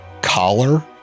collar